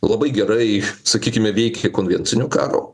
labai gerai sakykime veikia konvencinio karo